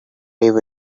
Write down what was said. live